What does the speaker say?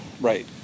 right